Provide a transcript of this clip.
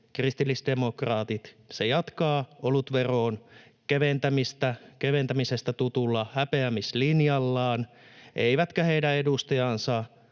kristillisdemokraatit, jatkaa olutveron keventämisestä tutulla häpeämislinjallaan, eivätkä heidän edustajansa